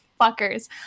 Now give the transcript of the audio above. fuckers